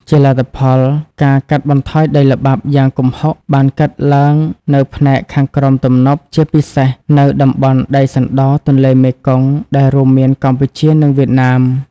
ជាលទ្ធផល ការកាត់បន្ថយដីល្បាប់ យ៉ាងគំហុកបានកើតឡើងនៅផ្នែកខាងក្រោមទំនប់ ជាពិសេសនៅតំបន់ដីសណ្ដរទន្លេមេគង្គដែលរួមមានកម្ពុជា និងវៀតណាម។